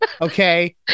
Okay